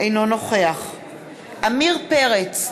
אינו נוכח עמיר פרץ,